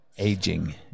Aging